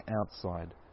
outside